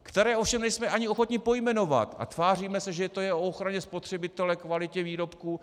Které ovšem nejsme ani ochotni pojmenovat a tváříme se, že to je o ochraně spotřebitele, kvalitě výrobků.